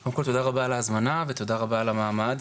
קודם כל תודה רבה על ההזמנה ותודה רבה על המעמד.